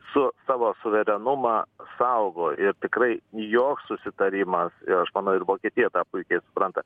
su savo suverenumą saugo ir tikrai joks susitarimas ir aš manau ir vokietija tą puikiai supranta